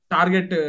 Target